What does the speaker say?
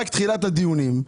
זו רק תחילת הדיונים.